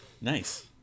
Nice